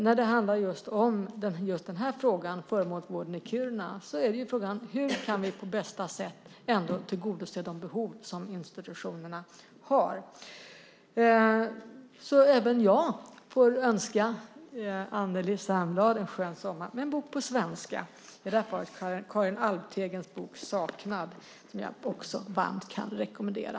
När det handlar om föremålsvården i Kiruna är frågan hur vi på bästa sätt kan tillgodose de behov som institutionerna har. Även jag får önska Anneli Särnblad en skön sommar med en bok på svenska, nämligen Karin Alvtegens bok Saknad som jag varmt kan rekommendera.